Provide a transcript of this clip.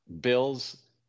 bills